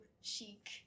chic